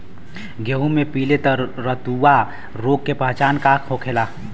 गेहूँ में पिले रतुआ रोग के पहचान का होखेला?